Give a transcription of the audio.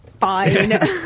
fine